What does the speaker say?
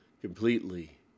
Completely